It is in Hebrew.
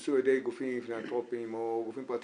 שנעשו על ידי גופים פילנתרופיים או גופים פרטיים,